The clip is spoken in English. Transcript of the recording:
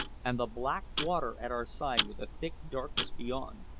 and the black water at our side with the thick darkness beyond,